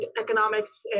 economics